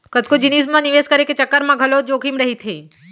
कतको जिनिस म निवेस करे के चक्कर म घलोक जोखिम रहिथे